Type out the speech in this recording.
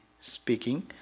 speaking